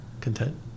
content